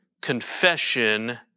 confession